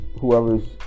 whoever's